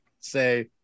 say